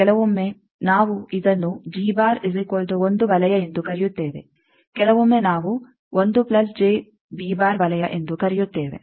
ಕೆಲವೊಮ್ಮೆ ನಾವು ಇದನ್ನು ವಲಯ ಎಂದು ಕರೆಯುತ್ತೇವೆ ಕೆಲವೊಮ್ಮೆ ನಾವು ವಲಯ ಎಂದು ಕರೆಯುತ್ತೇವೆ